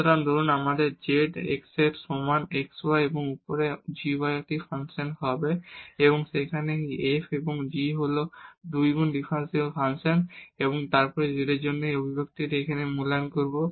সুতরাং ধরুন আমাদের z x এর সমান x y এবং x এর উপরে g y এর একটি ফাংশন এবং যেখানে এই f এবং g হল 2 গুণ ডিফারেনশিবল ফাংশন এবং তারপর আমরা z এর জন্য এই অভিব্যক্তিটি এখানে মূল্যায়ন করব